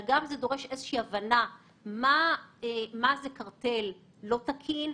גם איזו שהיא הבנה של מה זה קרטל לא תקין,